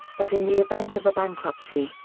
but in the event of a bankruptcy,